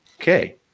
okay